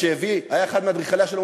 שהיה אחד מאדריכלי השלום.